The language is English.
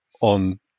on